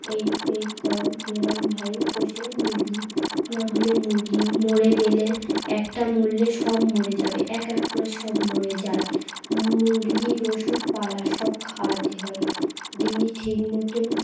এই এই করম ভাই পষে মুরগি না হলে মুরগি মরে গেলে একটা মরলে সব মরে যাবে এক এক করে সব মরে যায় মুরগির ওষুধ পালা সব খাওয়াতে হয় দিনই ঠিক মতন